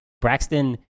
braxton